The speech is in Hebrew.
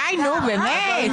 די, נו, באמת.